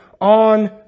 on